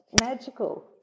magical